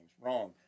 Wrong